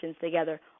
together